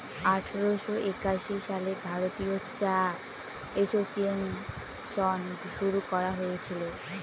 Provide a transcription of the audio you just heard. আঠারোশো একাশি সালে ভারতীয় চা এসোসিয়েসন শুরু করা হয়েছিল